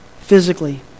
physically